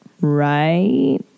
right